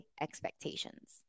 expectations